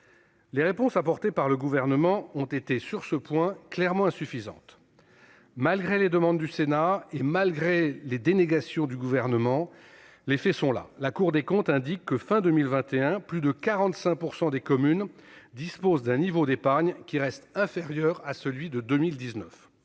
Les réponses apportées par le Gouvernement ont été, sur ce point, clairement insuffisantes, malgré les demandes du Sénat. En dépit des dénégations du Gouvernement, les faits sont là : la Cour des comptes indique que, à la fin de 2021, plus de 45 % des communes disposent d'un niveau d'épargne qui reste inférieur à celui de 2019.